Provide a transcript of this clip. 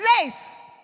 place